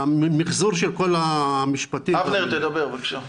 המחזור של כל המשפטים --- אבנר, תדבר, בבקשה.